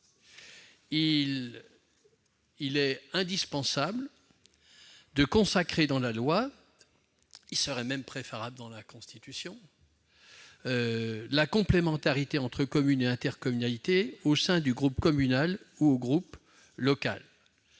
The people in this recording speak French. Il est indispensable de consacrer dans la loi- il serait même préférable que ce le soit dans la Constitution -la complémentarité entre commune et intercommunalité au sein du groupe communal ou groupe local.